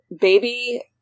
baby